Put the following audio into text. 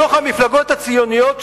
בתוך המפלגות הציוניות,